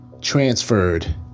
transferred